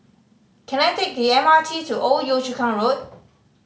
can I take the M R T to Old Yio Chu Kang Road